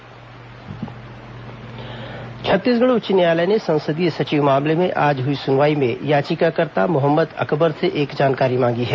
संसदीय सचिव सुनवाई छत्तीसगढ़ उच्च न्यायालय ने संसदीय सचिव मामले में आज हुई सुनवाई में याचिकाकर्ता मोहम्मद अकबर से एक जानकारी मांगी है